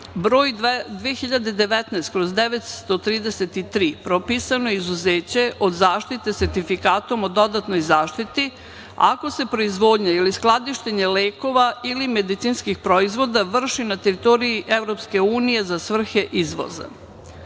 broj 2019/933 propisano je izuzeće od zaštite sertifikatom o dodatnoj zaštiti ako se proizvodnja ili skladištenje lekova ili medicinskih proizvoda vrši na teritoriji EU za svrhe izvoza.U